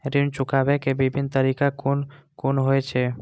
ऋण चुकाबे के विभिन्न तरीका कुन कुन होय छे?